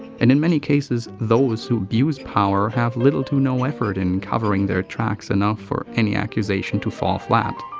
and in many cases, those who abuse power have little to no effort in covering their tracks enough for any accusation to fall flat.